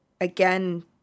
again